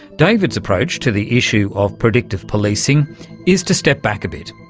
david's approach to the issue of predictive policing is to step back a bit,